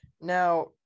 Now